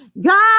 God